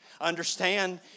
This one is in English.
Understand